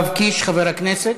יואב קיש, חבר הכנסת.